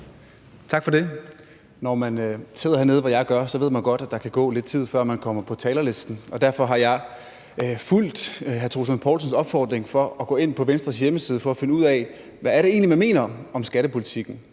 Tak for det. Når man sidder hernede, hvor jeg gør, så ved man godt, at der kan gå lidt tid, før man kommer på talerlisten, og derfor har jeg fulgt hr. Troels Lund Poulsens opfordring til at gå ind på Venstres hjemmeside for at finde ud af, hvad det egentlig er, man mener om skattepolitikken.